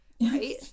right